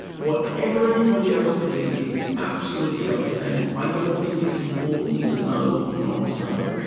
whatever anybody else believes is absolutely up to them. i don't think it's important to know or not to know.